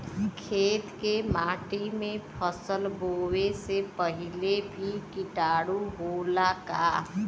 खेत के माटी मे फसल बोवे से पहिले भी किटाणु होला का?